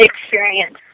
experience